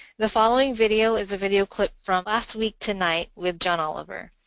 the following video is a video clip from last week tonight with john oliver.